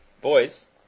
Boys